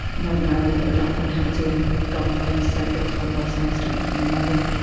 northern ireland at that point had its own government separate from westminster in london,